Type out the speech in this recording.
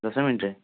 ଦଶ ମିନିଟ୍ରେ